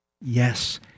Yes